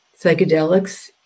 psychedelics